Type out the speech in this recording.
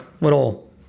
little